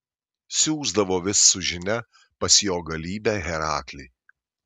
siųsdavo vis su žinia pas jo galybę heraklį